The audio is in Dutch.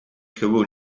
gewoon